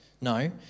No